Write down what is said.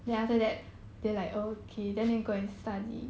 their passion